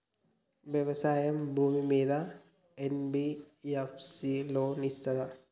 వ్యవసాయం భూమ్మీద NBFS loan ఇస్తదా?